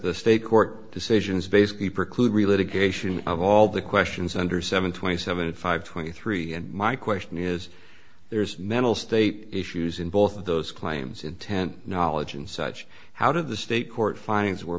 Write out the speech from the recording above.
the state court decisions basically preclude related cation of all the questions under seven twenty seven five twenty three and my question is there's mental state issues in both of those claims intent knowledge and such how do the state court findings were